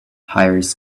hires